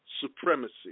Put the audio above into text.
Supremacy